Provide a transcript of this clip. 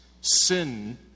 Sin